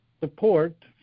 support